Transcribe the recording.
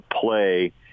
play